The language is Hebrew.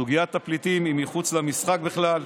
סוגיית הפליטים היא מחוץ למשחק בכלל.